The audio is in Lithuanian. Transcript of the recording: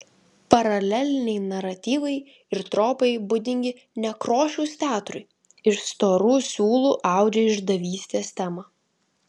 paraleliniai naratyvai ir tropai būdingi nekrošiaus teatrui iš storų siūlų audžia išdavystės temą